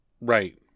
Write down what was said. right